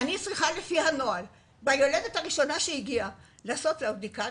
לפי הנוהל, אני צריכה לעשות ליולדת בדיקה